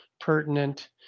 pertinent